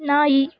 ನಾಯಿ